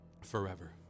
forever